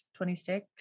26